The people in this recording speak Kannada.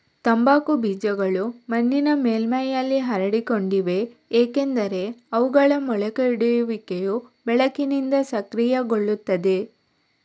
ತಂಬಾಕು ಬೀಜಗಳು ಮಣ್ಣಿನ ಮೇಲ್ಮೈಯಲ್ಲಿ ಹರಡಿಕೊಂಡಿವೆ ಏಕೆಂದರೆ ಅವುಗಳ ಮೊಳಕೆಯೊಡೆಯುವಿಕೆಯು ಬೆಳಕಿನಿಂದ ಸಕ್ರಿಯಗೊಳ್ಳುತ್ತದೆ